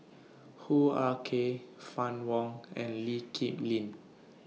Hoo Ah Kay Fann Wong and Lee Kip Lin